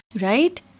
Right